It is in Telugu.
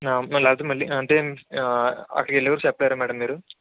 మరి లేపోతే మళ్ళీ అంటే అక్కడికెళ్ళేవరకు చెప్పలేరా మ్యాడమ్ మీరు